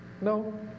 No